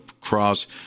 Cross